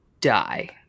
die